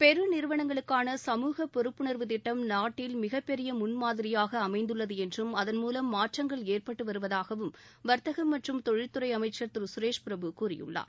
பெரு நிறுவனங்களுக்கான சமூக பொறுப்புணர்வுத் திட்டம் நாட்டில் மிகப்பெரிய முன்மாதிரியாக அமைந்துள்ளது என்றும் அதன் மூலம் மாற்றங்கள் ஏற்பட்டு வருவதாகவும் வர்த்தகம் மற்றும் தொழில்துறை அமைச்சர் திரு சுரேஷ் பிரபு கூறியுள்ளார்